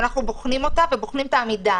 שאנחנו בוחנים אותה ובוחנים את העמידה.